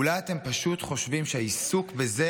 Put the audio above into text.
אולי אתם פשוט חושבים שהעיסוק בזה